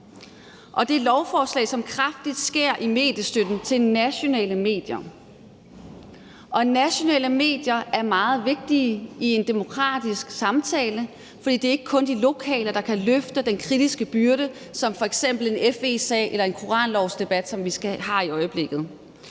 Det er et lovforslag, som kraftigt skærer i mediestøtten til nationale medier. Nationale medier er meget vigtige i en demokratisk samtale, for det er ikke kun de lokale, der kan løfte den kritiske byrde som f.eks. en FE-sag eller en debat om en koranafbrændingslov, som vi har i øjeblikket.